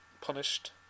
punished